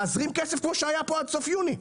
להזרים כסף כמו שהיה פה עד סוף יוני.